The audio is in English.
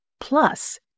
plus